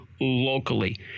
locally